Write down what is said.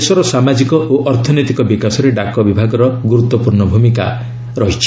ଦେଶର ସାମାଜିକ ଓ ଅର୍ଥନୈତିକ ବିକାଶରେ ଡାକ ବିଭାଗ ଗୁରୁତ୍ୱପୂର୍ଣ୍ଣ ଭୂମିକା ନିର୍ବାହନ କରିଆସୁଛି